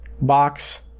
box